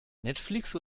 netflix